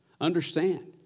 Understand